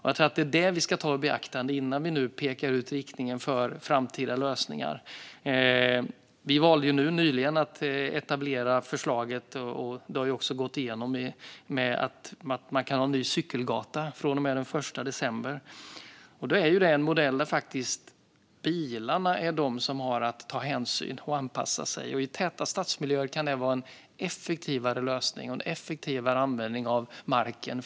Jag tror att vi ska ta det i beaktande innan vi pekar ut riktningen för framtida lösningar. Vi valde nyligen att komma med ett förslag - det har också gått igenom - om möjlighet att inrätta en cykelgata. Det gäller sedan den 1 december. Det är en modell där bilarna är de som har att ta hänsyn och anpassa sig. I täta stadsmiljöer kan det vara en effektivare lösning och en effektivare användning av marken.